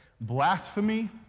blasphemy